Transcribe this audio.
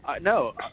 No